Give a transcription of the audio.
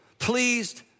pleased